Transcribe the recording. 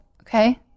Okay